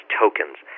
tokens